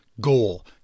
goal